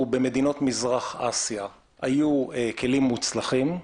במדינות מזרח אסיה היו כלים מוצלחים,